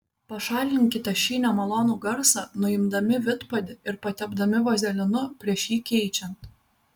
pašalinkite šį nemalonų garsą nuimdami vidpadį ir patepdami vazelinu prieš jį keičiant